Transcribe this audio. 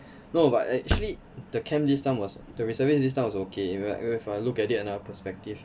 no but actually the camp this time was the reservist this time was okay if I if I look at it another perspective